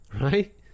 Right